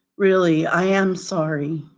really, i am sorry.